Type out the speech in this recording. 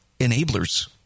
enablers